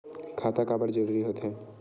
खाता काबर जरूरी हो थे?